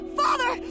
father